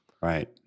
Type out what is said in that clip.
right